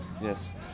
Yes